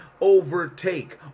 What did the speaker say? overtake